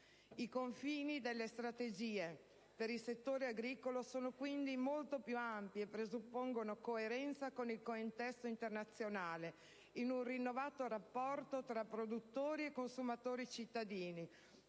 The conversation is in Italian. I confini delle strategie per il settore agricolo sono quindi molto più ampi e presuppongono coerenza con il contesto internazionale in un rinnovato rapporto tra produttori e consumatori-cittadini,